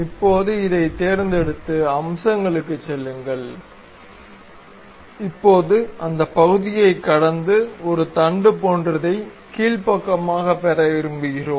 இப்போது இதைத் தேர்ந்தெடுத்து அம்சங்களுக்குச் செல்லுங்கள் இப்போது அந்த பகுதியைக் கடந்து ஒரு தண்டு போன்றதை கீழ் பக்கமாகப் பெற விரும்புகிறோம்